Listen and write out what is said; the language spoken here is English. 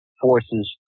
forces